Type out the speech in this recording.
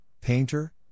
Painter